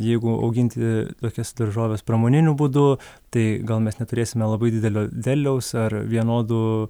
jeigu auginti tokias daržoves pramoniniu būdu tai gal mes neturėsime labai didelio derliaus ar vienodų